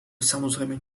samozrejme